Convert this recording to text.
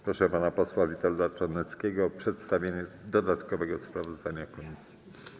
Proszę pana posła Witolda Czarneckiego o przedstawienie dodatkowego sprawozdania komisji.